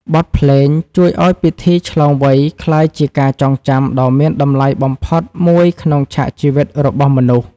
បទភ្លេងជួយឱ្យពិធីឆ្លងវ័យក្លាយជាការចងចាំដ៏មានតម្លៃបំផុតមួយក្នុងឆាកជីវិតរបស់មនុស្ស។